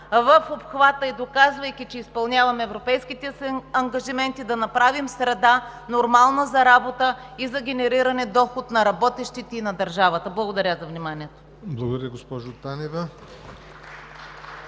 в обхвата, и доказвайки, че изпълняваме европейските си ангажименти, да направим среда, нормална за работа и за генериране доход на работещите и на държавата. Благодаря за вниманието. (Ръкопляскания